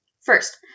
First